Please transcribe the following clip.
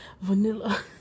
vanilla